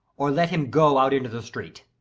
or let him go out into the street?